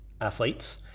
athletes